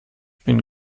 bin